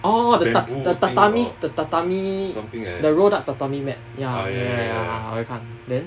orh the tatami the tatami the rolled up tatami mat ya ya ya 我有看 then